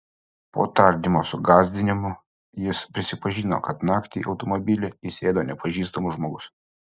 po tardymo su gąsdinimų jis prisipažino kad naktį į automobilį įsėdo nepažįstamas žmogus